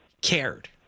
cared